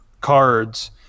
cards